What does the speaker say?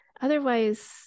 otherwise